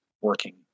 working